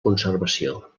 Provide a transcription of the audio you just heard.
conservació